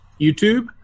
YouTube